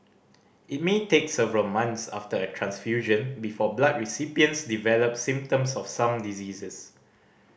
it may take several months after a transfusion before blood recipients develop symptoms of some diseases